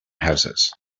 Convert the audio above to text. houses